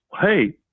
hey